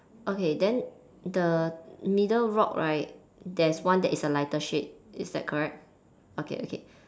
okay then the middle rock right there's one that is a lighter shade is that correct okay okay